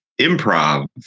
improv